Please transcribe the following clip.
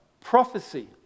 prophecy